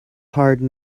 hard